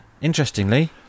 interestingly